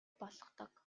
болгодог